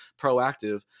proactive